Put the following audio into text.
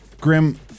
Grim